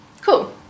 Cool